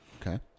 Okay